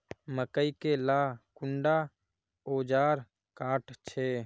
मकई के ला कुंडा ओजार काट छै?